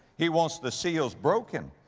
he wants the seals broken.